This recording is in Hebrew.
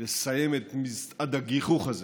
לסיים את מצעד הגיחוך הזה